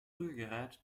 rührgerät